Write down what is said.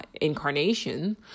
incarnation